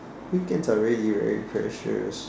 weekends are really very precious